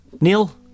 Neil